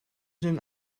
den